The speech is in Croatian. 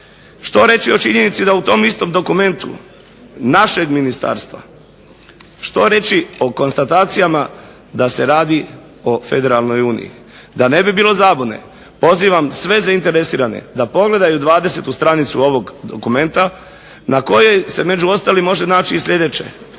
Što reći o činjenici da u tom istom dokumentu našeg ministarstva, što reći o konstatacijama da se radi o federalnoj uniji. Da ne bi bilo zabune pozivam sve zainteresirane da pogledaju 20. stranicu ovog dokumenta na kojoj se među ostalim može naći sljedeće: